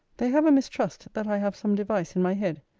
they have a mistrust that i have some device in my head.